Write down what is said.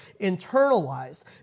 internalized